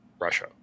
Russia